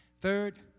Third